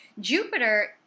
Jupiter